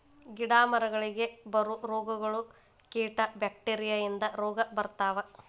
ಗಿಡಾ ಮರಗಳಿಗೆ ಬರು ರೋಗಗಳು, ಕೇಟಾ ಬ್ಯಾಕ್ಟೇರಿಯಾ ಇಂದ ರೋಗಾ ಬರ್ತಾವ